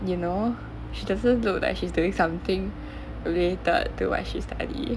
you know she doesn't look like she's doing something related to what she studied